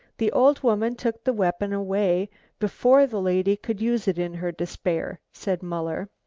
the old woman took the weapon away before the lady could use it in her despair, said muller.